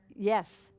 Yes